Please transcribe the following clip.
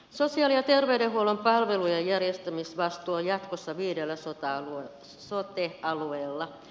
sosiaali ja terveydenhuollon palvelujen järjestämisvastuu on jatkossa viidellä sote alueella